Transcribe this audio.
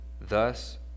thus